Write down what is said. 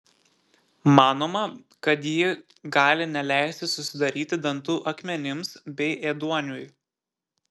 manoma kad ji gali neleisti susidaryti dantų akmenims bei ėduoniui